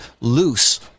loose